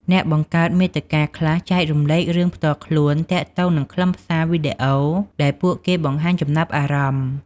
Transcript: អ្នកបង្កើតមាតិកាខ្លះចែករំលែករឿងផ្ទាល់ខ្លួនទាក់ទងនឹងខ្លឹមសារវីដេអូដែលពួកគេបង្ហាញចំណាប់អារម្មណ៍។